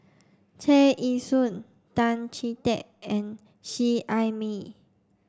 Tear Ee Soon Tan Chee Teck and Seet Ai Mee